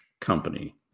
company